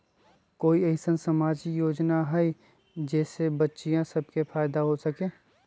कोई अईसन सामाजिक योजना हई जे से बच्चियां सब के फायदा हो सके?